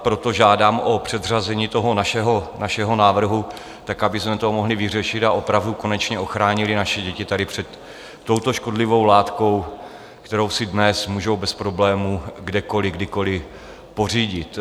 Proto žádám o předřazení toho našeho návrhu tak, abychom to mohli vyřešit a opravdu konečně ochránili naše děti tady před touto škodlivou látkou, kterou si dnes můžou bez problémů kdekoliv kdykoliv pořídit.